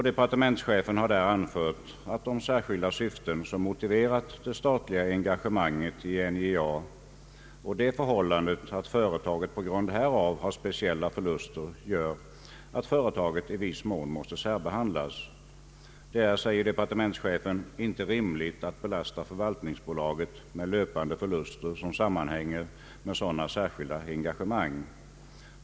Departementschefen har där anfört, att de särskilda syften som motiverat det statliga engagemanget i NJA och det förhållandet att företaget på grund härav har speciella förluster gör att företaget i viss mån måste särbehandlas. Det är, säger departementschefen, inte rimligt att belasta förvaltningsbolaget med löpande förluster som sammanhänger med sådana särskilda engagemang.